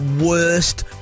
worst